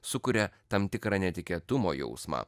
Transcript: sukuria tam tikrą netikėtumo jausmą